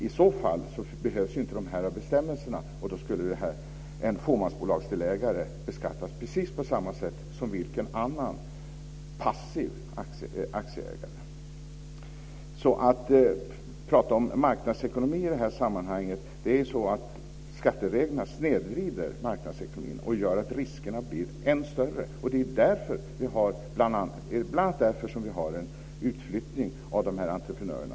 I så fall behövs inte de här bestämmelserna, och då skulle en fåmansbolagsdelägare beskattas precis på samma sätt som vilken annan passiv aktieägare som helst. Apropå marknadsekonomi i det här sammanhanget - skattereglerna snedvrider marknadsekonomin och gör att riskerna blir än större. Det är bl.a. därför vi har en utflyttning av entreprenörerna.